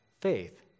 faith